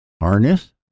harness